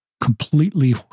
completely